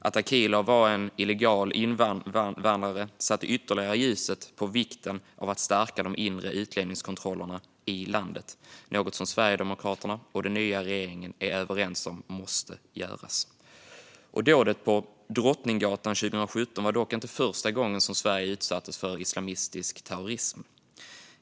Att Akilov var en illegal invandrare satte ytterligare ljuset på vikten av att stärka de inre utlänningskontrollerna i landet, något som Sverigedemokraterna och den nya regeringen är överens om måste göras. Dådet på Drottninggatan år 2017 var dock inte första gången som Sverige utsattes för islamistisk terrorism.